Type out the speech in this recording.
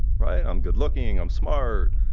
right? i'm good looking, i'm smart,